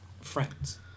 friends